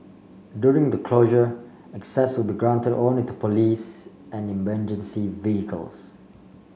during the closure access will be granted only to police and emergency vehicles